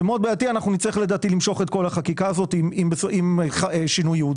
לדעתי אנחנו נצטרך למשוך את כל החקיקה הזאת עם שינוי הייעוד.